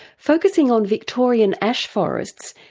focusing on victorian ash forests,